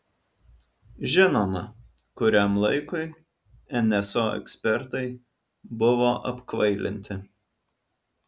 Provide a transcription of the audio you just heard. žinoma kuriam laikui nso ekspertai buvo apkvailinti